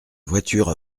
voiture